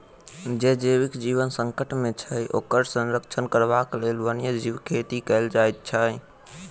जे जीवक जीवन संकट मे छै, ओकर संरक्षण करबाक लेल वन्य जीव खेती कयल जाइत छै